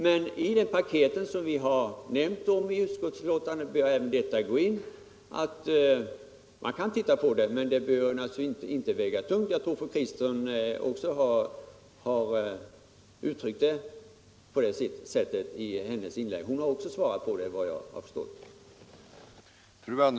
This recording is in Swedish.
Men i det paket som vi nämnde om i utskottsbetänkandet bör även detta gå in, även om det naturligtvis inte får vara avgörande.